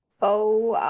oh,